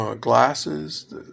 glasses